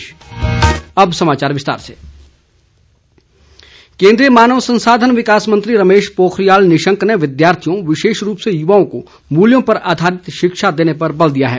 दीक्षांत समारोह केन्द्रीय मानव संसाधन विकास मन्त्री रमेश पोखरियाल निशंक ने विद्यार्थियों विशेष रूप से युवाओं को मूल्यों पर आधारित शिक्षा देने पर बल दिया है